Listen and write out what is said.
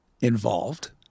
involved